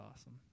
awesome